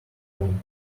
room